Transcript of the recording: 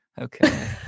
okay